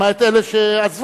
למעט אלה שעזבו,